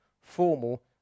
formal